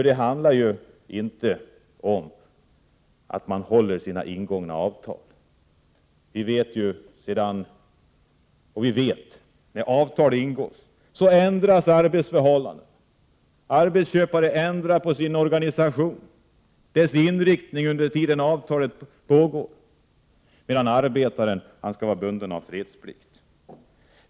Det handlar inte om att man håller ingångna avtal. Vi vet att när avtal ingås ändras arbetsförhållanden. Arbetsköparen ändrar sin organisation och dess inriktning under tiden avtalet gäller, medan arbetaren skall vara bunden av fredsplikt.